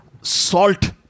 salt